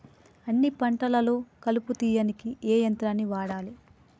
అన్ని పంటలలో కలుపు తీయనీకి ఏ యంత్రాన్ని వాడాలే?